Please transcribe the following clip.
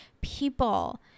people